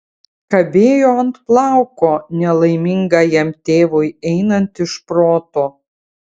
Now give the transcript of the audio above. kabėjo ant plauko nelaimingajam tėvui einant iš proto